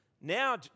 Now